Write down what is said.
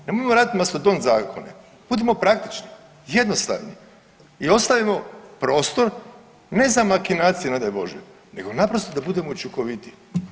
Nemojmo raditi mastodont zakone, budimo praktični, jednostavni i ostavimo prostor ne za makinacije ne daj bože, nego naprosto da budemo učinkovitiji.